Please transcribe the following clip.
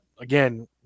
Again